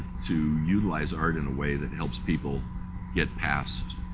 to utilize art in a way that helps people get past,